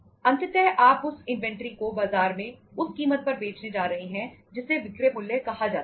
अंततः आप उस इन्वेंट्री को बाजार में उस कीमत पर बेचने जा रहे हैं जिसे विक्रय मूल्य कहा जाता है